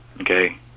okay